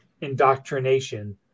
indoctrination